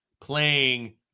playing